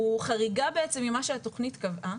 הוא חריגה בעצם ממה שהתכנית קבעה.